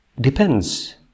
depends